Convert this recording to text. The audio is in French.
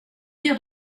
dire